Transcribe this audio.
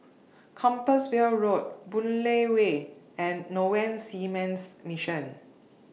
Compassvale Road Boon Lay Way and Norwegian Seamen's Mission